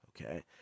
okay